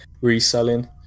reselling